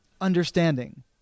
understanding